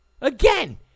Again